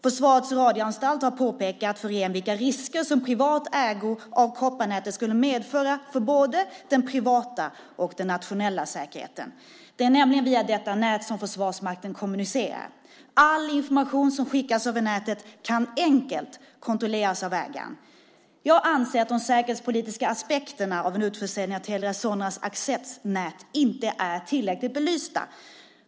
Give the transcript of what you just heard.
Försvarets radioanstalt har påpekat vilka risker som privat ägo av kopparnätet skulle medföra för både den privata och den nationella säkerheten. Det är nämligen via detta nät som Försvarsmakten kommunicerar. All information som skickas över nätet kan enkelt kontrolleras av ägaren. Jag anser att de säkerhetspolitiska aspekterna av en utförsäljning av Telia Soneras accessnät inte är tillräckligt belysta.